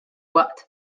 waqt